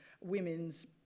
women's